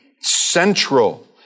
central